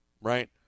right